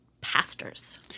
pastors